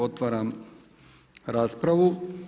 Otvaram raspravu.